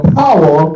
power